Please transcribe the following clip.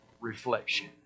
reflection